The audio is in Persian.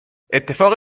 اتفاق